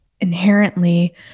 inherently